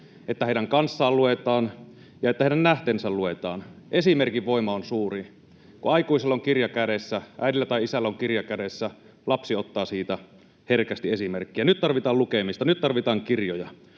että heidän kanssaan luetaan ja että heidän nähtensä luetaan. Esimerkin voima on suuri. Kun aikuisella on kirja kädessä, äidillä tai isällä on kirja kädessä, lapsi ottaa siitä herkästi esimerkkiä. Nyt tarvitaan lukemista. Nyt tarvitaan kirjoja.